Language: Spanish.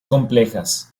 complejas